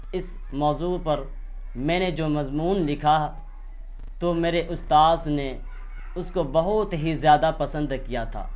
اس موضوع پر میں نے جو مضمون لکھا تو میرے استاذ نے اس کو بہت ہی زیادہ پسند کیا تھا